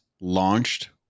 launched